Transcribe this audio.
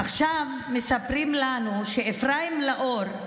עכשיו מספרים לנו שאפרים לאור,